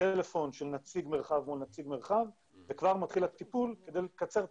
טלפון של נציג מרחב מול נציג מרחב וכבר מתחיל הטיפול כדי לקצר תהליכים.